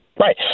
Right